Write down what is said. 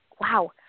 wow